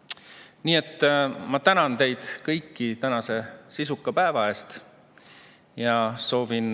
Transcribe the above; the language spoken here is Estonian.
kasvu. Tänan teid kõiki tänase sisuka päeva eest ja soovin